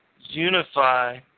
unify